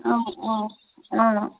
অঁ অঁ অঁ